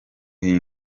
hino